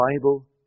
Bible